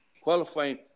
qualifying